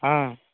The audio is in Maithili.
हँ